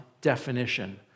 definition